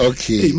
Okay